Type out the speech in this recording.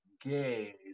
gay